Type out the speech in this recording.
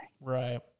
Right